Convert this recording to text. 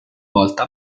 volta